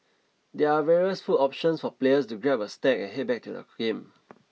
there are various food options for players to grab a snack and head back to the game